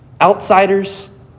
outsiders